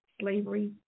slavery